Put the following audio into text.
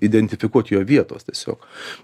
identifikuot jo vietos tiesiog